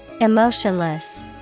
Emotionless